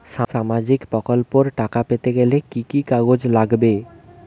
সামাজিক প্রকল্পর টাকা পেতে গেলে কি কি কাগজ লাগবে?